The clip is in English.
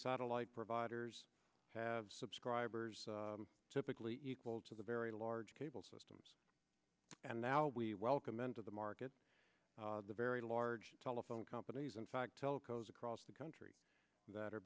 satellite providers have subscribers typically equal to the very large cable systems and now we welcome into the market the very large telephone companies in fact telcos across the country that are